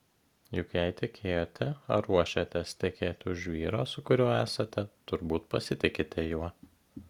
juk jei tekėjote ar ruošiatės tekėti už vyro su kuriuo esate turbūt pasitikite juo